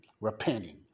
Repenting